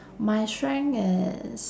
my strength is